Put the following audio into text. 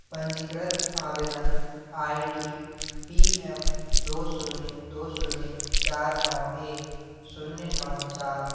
पंजीकृत आवेदन I D P M दो शून्य दो शून्य चार नौ एक शून्य नौ चार